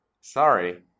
Sorry